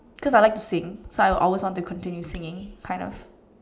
cause I like to sing so I always wanted to continue singing kind of